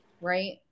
Right